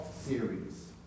series